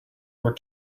were